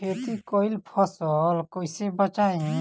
खेती कईल फसल कैसे बचाई?